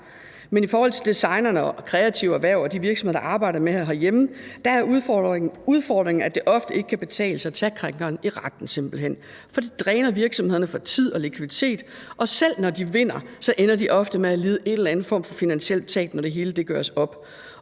Men i forhold til designerne og kreative erhverv og de virksomheder, der arbejder med det herhjemme, er udfordringen, at det ofte ikke kan betale sig at tage krænkeren i retten simpelt hen, fordi det dræner virksomhederne for tid og likviditet, og selv når de vinder, ender de ofte med at lide en eller anden form for finansielt tab, når det hele gøres op.